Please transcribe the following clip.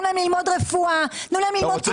תנו להן ללמוד רפואה כי הן נשים מוכשרות,